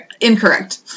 Incorrect